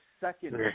second